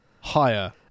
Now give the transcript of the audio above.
higher